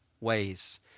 ways